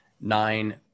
nine